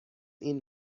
این